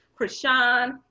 Krishan